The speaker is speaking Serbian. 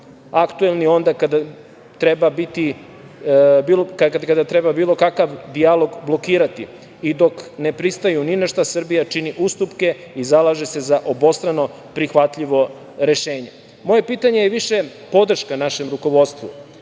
aktuelni onda kada treba bilo kakav dijalog blokirati. Dok ne pristaju ni na šta, Srbija čini ustupke i zalaže se za obostrano prihvatljivo rešenje. Moje pitanje je više podrška našem rukovodstvu,